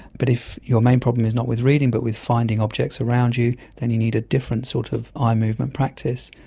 but if your main problem is not with reading but with finding objects around you, then you need a different sort of eye movement practice.